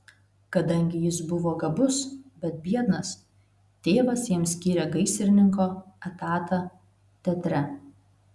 kadangi jis buvo gabus bet biednas tėvas jam skyrė gaisrininko etatą teatre